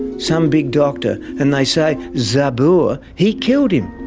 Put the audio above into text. some big doctor, and they say zabur, he killed him,